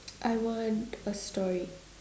I want a story